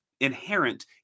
inherent